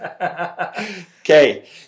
Okay